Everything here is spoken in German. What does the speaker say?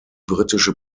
britische